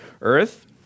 earth